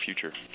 future